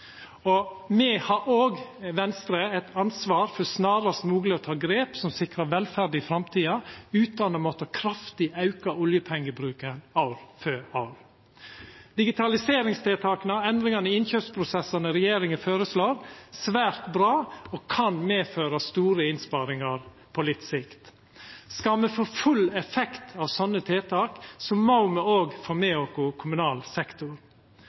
Me i Venstre har òg eit ansvar for snarast mogleg å ta grep som sikrar velferd i framtida utan å måtta auka oljepengebruken kraftig år for år. Digitaliseringstiltaka og endringane i innkjøpsprosessane som regjeringa føreslår, er svært bra og kan medføra store innsparingar på litt sikt. Skal me få full effekt av sånne tiltak, må me òg få med oss kommunal sektor.